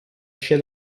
scia